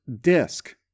disk